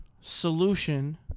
solution